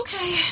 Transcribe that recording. Okay